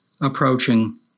approaching